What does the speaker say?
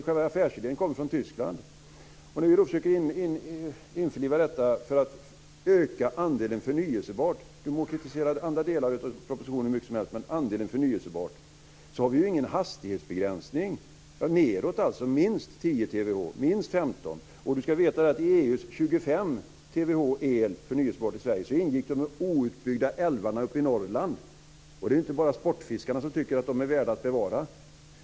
Själva affärsidén kommer alltså från När vi då försöker införliva detta för att öka andelen förnyelsebart - man må kritisera andra delar av propositionen hur mycket som helst - har vi ju ingen hastighetsbegränsning, nedåt alltså, dvs. minst 10 25 terawattimmar förnyelsebar el i Sverige ingick de outbyggda älvarna uppe i Norrland. Det är inte bara sportfiskarna som tycker att de är värda att bevara.